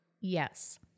Yes